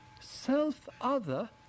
self-other